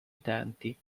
utenti